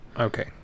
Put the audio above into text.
okay